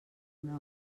una